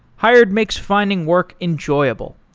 hired makes finding work enjoyable.